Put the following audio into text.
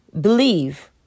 believe